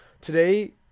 today